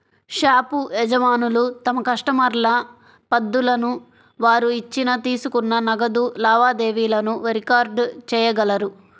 shop యజమానులు తమ కస్టమర్ల పద్దులను, వారు ఇచ్చిన, తీసుకున్న నగదు లావాదేవీలను రికార్డ్ చేయగలరు